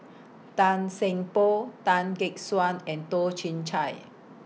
Tan Seng Poh Tan Gek Suan and Toh Chin Chye